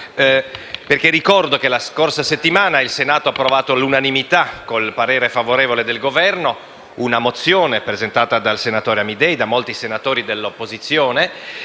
infatti che la scorsa settimana il Senato ha approvato all'unanimità, con il parere favorevole del Governo, una mozione presentata dal senatore Amidei e da molti senatori dell'opposizione